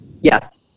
Yes